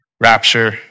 rapture